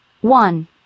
One